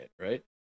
right